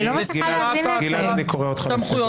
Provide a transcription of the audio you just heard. גלעד, אני קורא אותך לסדר.